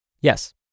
Yes